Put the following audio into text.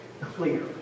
clear